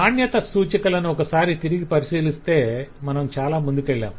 నాణ్యత సూచికలను ఒక సారి తిరిగి పరిశీలిస్తే మనం చాలా ముందుకెళ్లాం